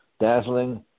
dazzling